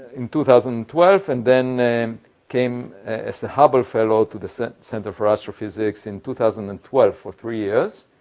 in two thousand and twelve, and then came as the hubble fellow to the center center for astrophysics in two thousand and twelve for three years,